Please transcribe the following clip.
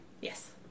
Yes